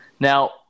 Now